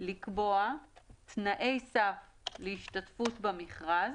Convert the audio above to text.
לקבוע תנאי סף להשתתפות במכרז,